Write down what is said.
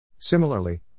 Similarly